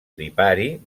lipari